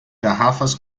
garrafas